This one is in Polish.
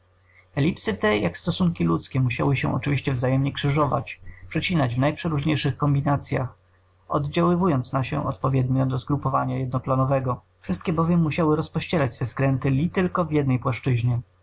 elipsy te jak stosunki ludzkie musiały się oczywiście wzajemnie krzyżować przecinać w najprzeróżniejszych kombinacyach oddziaływując na się odpowiednio do zgrupowania jednoplanowego wszystkie bowiem musiały rozpościerać swe skręty li tylko w jednej płaszczyźnie